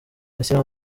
ashyira